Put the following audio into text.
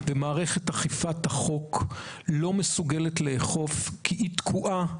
ומערכת אכיפת החוק לא מסוגלת לאכוף כי היא תקועה.